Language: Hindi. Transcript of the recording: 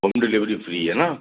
होम डिलेवरी फ्री है ना